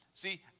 See